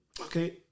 okay